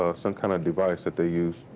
ah some kind of device that they used.